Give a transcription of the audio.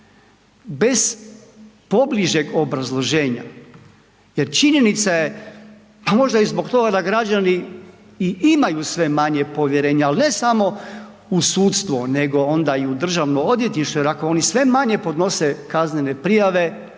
bez pobližeg obrazloženja jer činjenica je, pa možda i zbog toga da građani i imaju sve manje povjerenja, al ne samo u sudstvo, nego onda i u državno odvjetništvo jer ako oni sve manje podnose kaznene prijave,